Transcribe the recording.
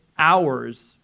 Hours